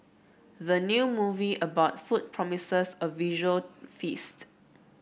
the new movie about food promises a visual feast